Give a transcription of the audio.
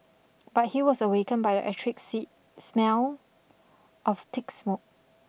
but he was awakened by the acrid sit smell of thick smoke